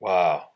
Wow